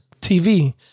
tv